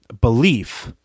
belief